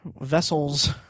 vessels